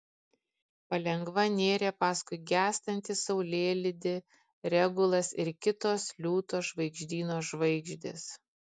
palengva nėrė paskui gęstantį saulėlydį regulas ir kitos liūto žvaigždyno žvaigždės